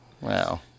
Wow